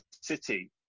City